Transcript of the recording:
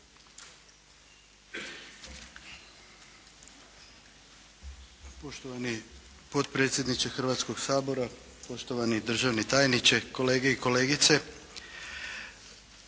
poštovani potpredsjedniče Hrvatskoga sabora, uvaženi državni tajniče, kolegice i kolege.